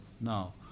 now